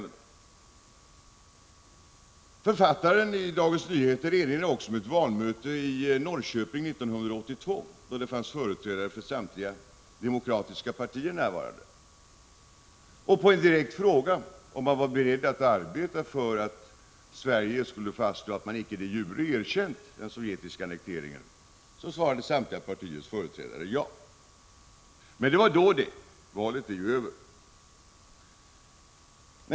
Artikelförfattaren i Dagens Nyheter erinrar också om ett valmöte i Norrköping 1982, då det fanns företrädare för samtliga demokratiska partier närvarande. På en direkt fråga, om man var beredd att arbeta för att fastslå att Sverige icke de jure erkänt den sovjetiska annekteringen, svarade samtliga partiers företrädare ja. Men det var då det — valet är ju över.